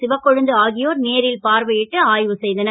சிவகொழுந்து ஆகியோர் நேரில் பார்வை ட்டு ஆ வு செ தனர்